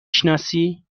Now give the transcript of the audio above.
شناسی